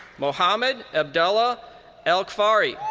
mohammed abdullah al-okfari.